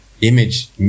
Image